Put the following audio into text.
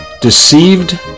Deceived